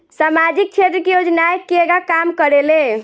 सामाजिक क्षेत्र की योजनाएं केगा काम करेले?